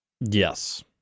Yes